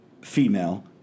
female